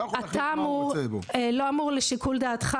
זה לא אמור להיות לשיקול דעתך,